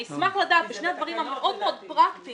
אני אשמח לדעת בשני הדברים המאוד מאוד פרקטיים